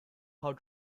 how